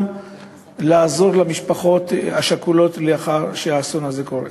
לעזור למשפחות השכולות לאחר שהאסון הזה קורה.